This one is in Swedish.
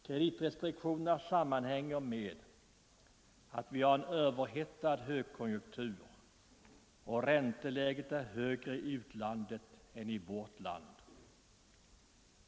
Kreditrestriktionerna sammanhänger med att vi har en överhettad högkonjunktur och med att ränteläget är högre i utlandet än i vårt land.